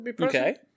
Okay